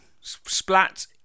splat